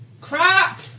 Crap